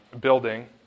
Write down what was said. building